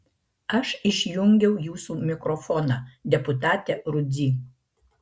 aš išjungiau jūsų mikrofoną deputate rudzy